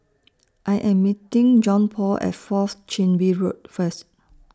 I Am meeting Johnpaul At Fourth Chin Bee Road First